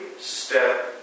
step